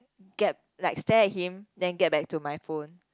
get like stare at him then get back to my phone